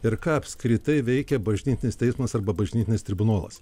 ir ką apskritai veikė bažnytinis teismas arba bažnytinis tribunolas